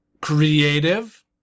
creative